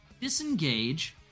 disengage